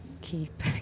keep